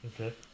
Okay